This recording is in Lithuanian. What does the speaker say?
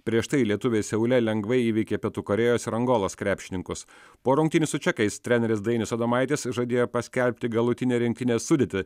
prieš tai lietuviai seule lengvai įveikė pietų korėjos ir angolos krepšininkus po rungtynių su čekais treneris dainius adomaitis žadėjo paskelbti galutinę rinktinės sudėtį